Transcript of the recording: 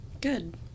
Good